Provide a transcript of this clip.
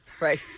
Right